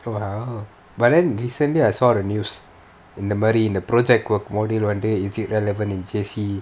!wow! but then recently I saw the news in இந்த மாரி இந்த:intha maari intha project work module வந்து:vanthu is it relevant in J_C